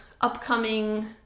upcoming